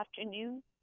afternoon